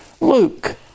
Luke